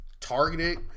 targeted